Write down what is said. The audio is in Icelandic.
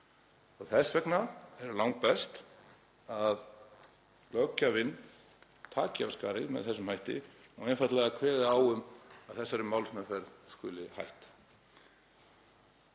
Þess vegna er langbest að löggjafinn taki af skarið með þessum hætti og einfaldlega kveði á um að þessari málsmeðferð skuli hætt.